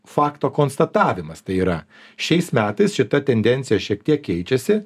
fakto konstatavimas tai yra šiais metais šita tendencija šiek tiek keičiasi